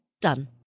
Done